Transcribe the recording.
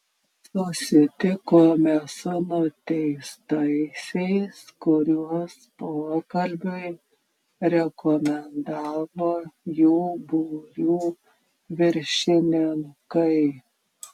susitikome su nuteistaisiais kuriuos pokalbiui rekomendavo jų būrių viršininkai